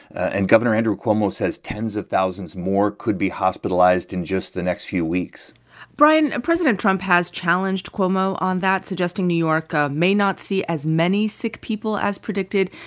and governor andrew cuomo says tens of thousands more could be hospitalized in just the next few weeks brian, president trump has challenged cuomo on that, suggesting new york um may not see as many sick people as predicted.